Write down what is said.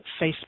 Facebook